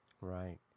right